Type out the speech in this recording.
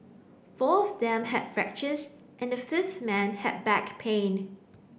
four of them had fractures and the fifth man had back pain